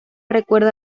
recuerda